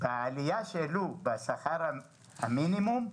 בעלייה שהעלו בשכר המינימום,